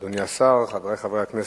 אדוני השר, חברי חברי הכנסת,